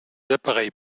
appareils